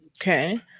Okay